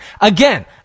Again